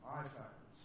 iPhones